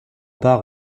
part